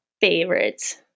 favorites